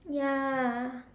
ya